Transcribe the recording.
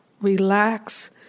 Relax